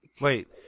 Wait